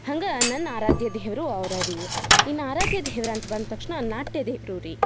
ಹಂಗೆ ನನ್ನ ಆರಾಧ್ಯ ದೇವರು ಅವ್ರೇ ರೀ ಇನ್ನು ಆರಾದ್ಯ ದೇವ್ರಂತ ಬಂದ ತಕ್ಷಣ ನಾಟ್ಯ ದೇವರು ರೀ